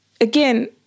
Again